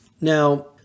Now